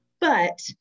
But-